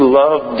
love